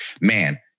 man